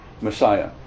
Messiah